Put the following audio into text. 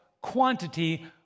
quantity